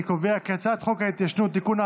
אני קובע כי הצעת חוק ההתיישנות (תיקון,